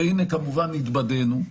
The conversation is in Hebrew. והנה כמובן התבדינו.